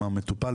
עם המטופל,